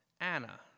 Anna